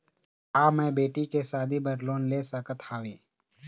का मैं बेटी के शादी बर लोन ले सकत हावे?